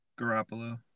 Garoppolo